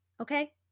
Okay